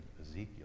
Ezekiel